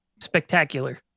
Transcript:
spectacular